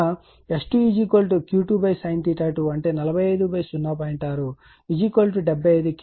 6 75 KVA అవుతుంది